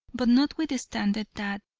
but notwithstanding that,